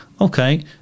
okay